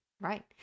Right